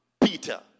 Peter